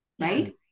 Right